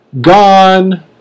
gone